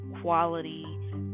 quality